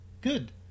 good